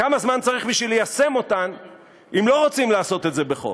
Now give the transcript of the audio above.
כמה זמן צריך בשביל ליישם אותן אם לא רוצים לעשות את זה בחוק,